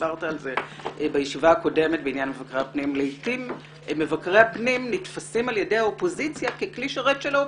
בני אליהו, מבקר עיריית טבריה, בבקשה.